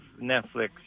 Netflix